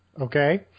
okay